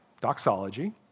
doxology